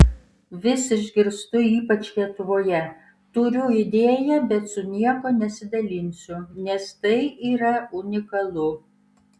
vis išgirstu ypač lietuvoje turiu idėją bet su niekuo nesidalinsiu nes tai yra unikalu